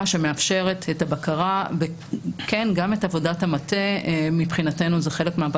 שמאפשרת את הבקרה וגם את עבודת המטה שמבחינתנו היא חלק מעבודת